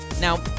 Now